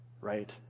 right